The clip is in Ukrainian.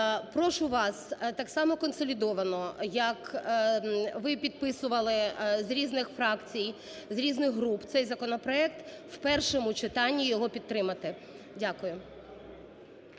прошу вас так само консолідовано, як ви підписували з різних фракцій, з різних груп цей законопроект, в першому читанні його підтримати. Дякую.